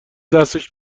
دستش